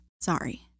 Sorry